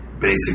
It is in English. Basic